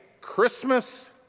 Christmas